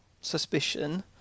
suspicion